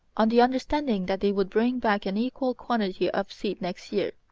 on the understanding that they would bring back an equal quantity of seed next year.